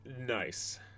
Nice